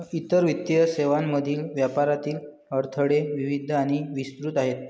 इतर वित्तीय सेवांमधील व्यापारातील अडथळे विविध आणि विस्तृत आहेत